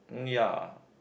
ya